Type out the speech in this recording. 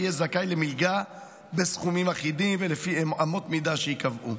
יהיה זכאי למלגה בסכומים אחידים ולפי אמות מידה שייקבעו.